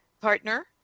partner